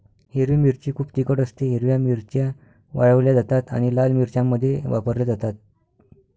हिरवी मिरची खूप तिखट असतेः हिरव्या मिरच्या वाळवल्या जातात आणि लाल मिरच्यांमध्ये वापरल्या जातात